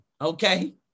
okay